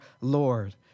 Lord